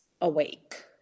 awake